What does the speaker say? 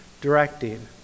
directing